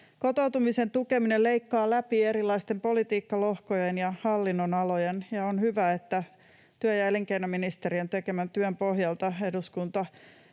Kotoutumisen tukeminen leikkaa läpi erilaisten politiikkalohkojen ja hallinnonalojen, ja on hyvä, että työ- ja elinkeinoministeriön tekemän työn pohjalta eduskunta